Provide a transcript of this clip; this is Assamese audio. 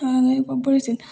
পৰিছিল